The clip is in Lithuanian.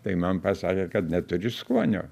tai man pasakė kad neturiu skonio